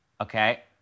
okay